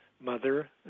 mother